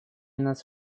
нас